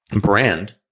brand